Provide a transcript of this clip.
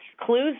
clues